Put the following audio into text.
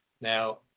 Now